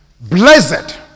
Blessed